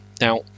now